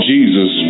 Jesus